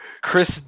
Chris